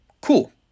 cool